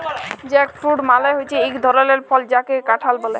jackfruit মালে হচ্যে এক ধরলের ফল যাকে কাঁঠাল ব্যলে